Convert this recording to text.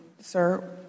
Sir